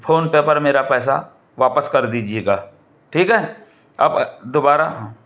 PhonePe पर मेरा पैसा वापस कर दीजिएगा ठीक है अब दोबारा